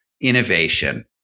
innovation